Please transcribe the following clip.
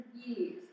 years